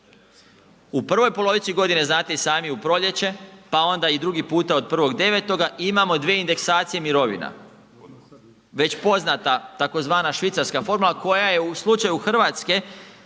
U prvoj polovici godine znate i sami u proljeće, pa onda i drugi puta od 1.9. imamo dvije indeksacije mirovina. Već poznata tzv. švicarska formula koja je u slučaju Hrvatska